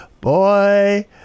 boy